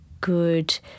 good